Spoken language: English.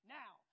now